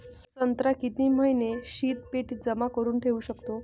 संत्रा किती महिने शीतपेटीत जमा करुन ठेऊ शकतो?